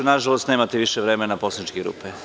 Nažalost nemate više vremena poslaničke grupe.